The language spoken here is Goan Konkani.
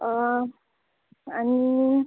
आनी